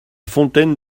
fontaine